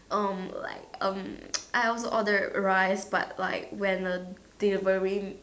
um like um I also ordered rice but like when the delivery